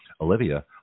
Olivia